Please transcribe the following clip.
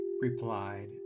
replied